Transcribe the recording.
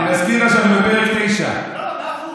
אני מזכיר לך שאני בפרק 9. מאה אחוז,